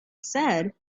said